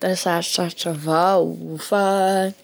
Da sarosarotry avao, fa e